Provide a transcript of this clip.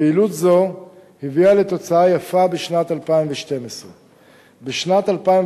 פעילות זו הביאה לתוצאה יפה בשנת 2012. בשנת 2011